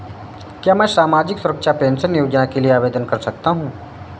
क्या मैं सामाजिक सुरक्षा पेंशन योजना के लिए आवेदन कर सकता हूँ?